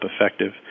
effective